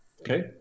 Okay